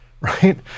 right